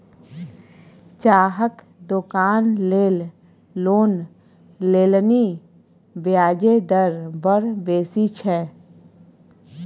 चाहक दोकान लेल लोन लेलनि ब्याजे दर बड़ बेसी छै